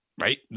right